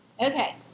Okay